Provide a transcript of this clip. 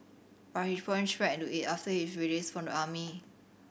but he plunged back into it after his release from the army